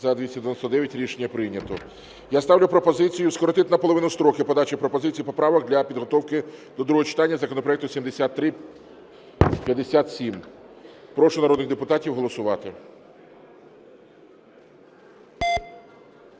За-299 Рішення прийнято. Я ставлю пропозицію скоротити наполовину строки подачі пропозицій і поправок для підготовки до другого читання законопроекту 7357. Прошу народних депутатів голосувати.